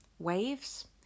waves